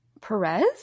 Perez